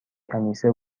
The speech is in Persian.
کنیسه